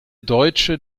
deutsche